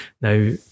Now